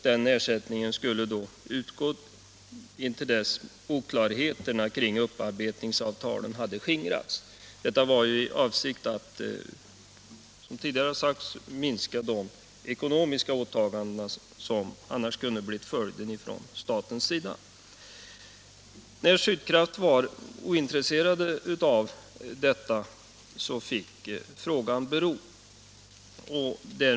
Den ersättningen skulle då utgå till dess oklarheterna om upparbetningsavtalen hade skingrats. Avsikten var, som tidigare sagts, att minska de ekonomiska åtaganden som staten eventuellt annars hade måst göra. Eftersom Sydkraft var ointresserat fick frågan bero.